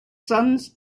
sons